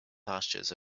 pastures